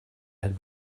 had